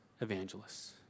evangelists